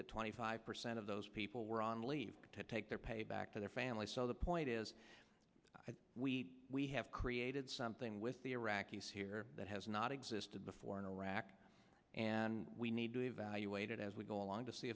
that twenty five percent of those people were on leave to take their pay back to their families so the point is that we we have created something with the iraqis here that has not existed before in iraq and we need to evaluate it as we go along to see